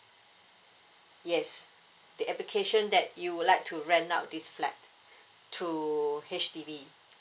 yes the application that you would like to rent out this flight to H_D_B